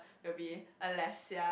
will be Alessia